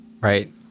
Right